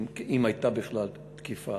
אם הייתה בכלל תקיפה,